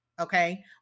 okay